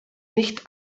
nicht